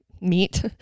meet